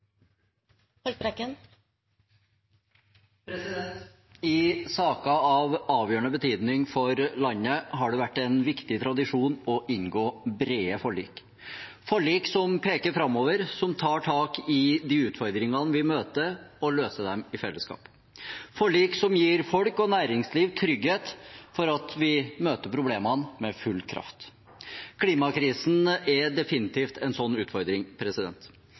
saker av avgjørende betydning for landet har det vært en viktig tradisjon å inngå brede forlik, forlik som peker framover, som tar tak i de utfordringene vi møter, og løser dem i fellesskap, forlik som gir folk og næringsliv trygghet for at vi møter problemene med full kraft. Klimakrisen er definitivt en slik utfordring.